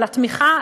על התמיכה.